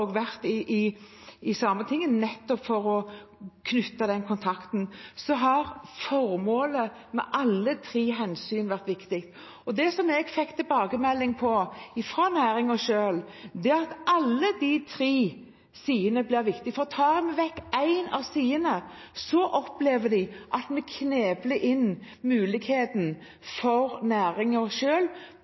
Sametinget nettopp for å knytte den kontakten – har formålet med alle tre hensyn vært viktig. Det jeg fikk tilbakemelding på fra næringen selv, var at alle de tre sidene var viktige. For tar en bort en av sidene, opplever de at vi knebler muligheten for næringen selv. Tar en bort den ene siden, vil både den kulturelle biten, den økologiske biten og